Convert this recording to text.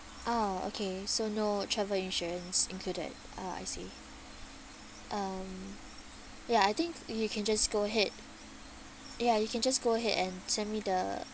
oh okay so no travel insurance included ah I see um ya I think you can just go ahead ya you can just go ahead and send me the